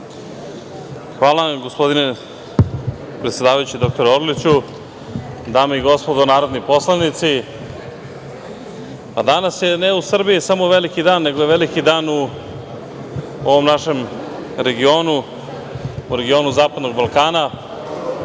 Hvala vam gospodine predsedavajući, doktore Orliću. Dame i gospodo narodni poslanici, danas je ne samo u Srbiji veliki dan, nego je veliki dan u ovom našem regionu, u regionu zapadnog Balkana,